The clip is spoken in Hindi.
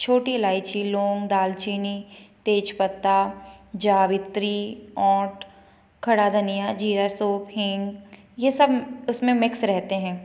छोटी इलायची लौंग दालचीनी तेज़ पत्ता जावित्री और खड़ा धनिया ज़ीरा सौंफ़ हींग यह सब उसमें मिक्स रहते हैं